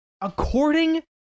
according